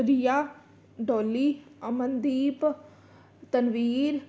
Riya Dolly Amandeep Tanveer